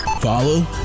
Follow